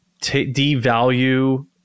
devalue